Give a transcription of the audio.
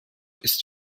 ist